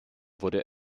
wurde